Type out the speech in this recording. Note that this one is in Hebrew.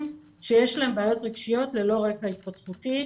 שיש להם בעיות רגשיות ללא רקע התפתחותי.